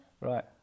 Right